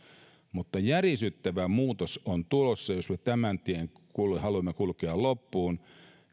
mutta järisyttävä muutos on tulossa jos me tämän tien haluamme kulkea loppuun